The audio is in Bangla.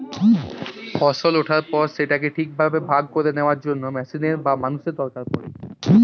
ফসল ওঠার পর সেটাকে ঠিকভাবে ভাগ করে নেওয়ার জন্য মেশিনের বা মানুষের দরকার পড়ে